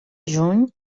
juny